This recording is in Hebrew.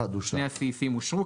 הצבעה אושר.